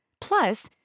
Plus